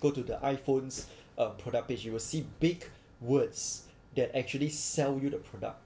go to the iPhone's um product page you will see big words that actually sell you the product